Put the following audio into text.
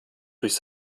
durch